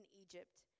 Egypt